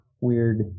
weird